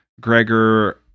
Gregor